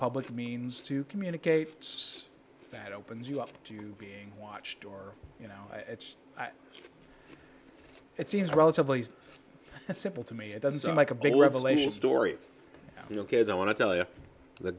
public means to communicate that opens you up to you being watched or you know it seems relatively simple to me it doesn't sound like a big revelation story you know because i want to tell you the